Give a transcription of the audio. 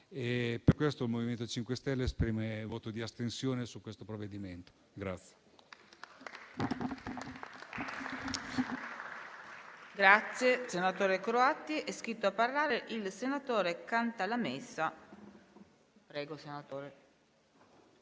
Per questo motivo, il MoVimento 5 Stelle esprime voto di astensione su questo provvedimento.